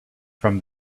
from